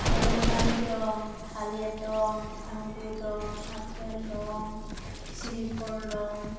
रैमालि दं थालिर दं आंगुर दं आफेल दं सिरिफल दं